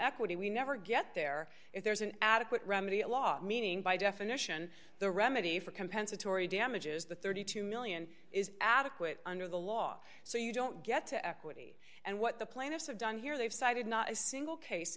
equity we never get there if there's an adequate remedy a law meaning by definition the remedy for compensatory damages the thirty two million is adequate under the law so you don't get to equity and what the plaintiffs have done here they've cited not a single case